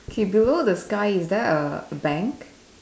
k below the sky is there a bank